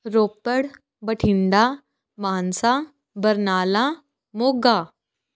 Ropar Bathinda Mansa Barnala Moga